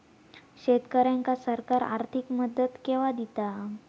शेतकऱ्यांका सरकार आर्थिक मदत केवा दिता?